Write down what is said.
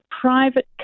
private